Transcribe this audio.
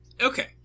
Okay